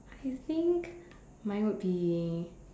I think mine would be